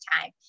time